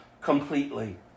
completely